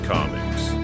Comics